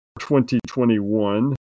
2021